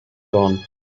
gone